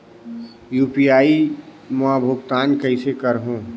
UPI मा भुगतान कइसे करहूं?